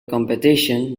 competition